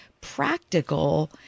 practical